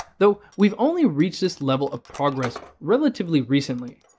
though, we've only reached this level of progress relatively recently.